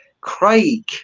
Craig